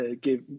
give